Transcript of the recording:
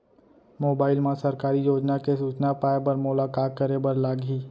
mobile मा सरकारी योजना के सूचना पाए बर मोला का करे बर लागही